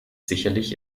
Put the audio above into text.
sicherlich